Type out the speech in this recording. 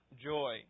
joy